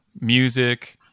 music